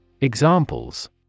Examples